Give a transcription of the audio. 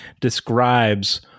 describes